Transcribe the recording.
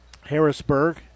Harrisburg